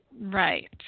right